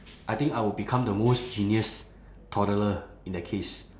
I think I would become the most genius toddler in that case